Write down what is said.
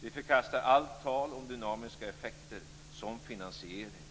Vi förkastar allt tal om dynamiska effekter som finansiering.